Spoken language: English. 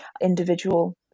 individual